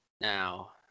Now